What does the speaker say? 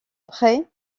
près